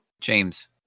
James